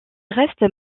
reste